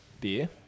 beer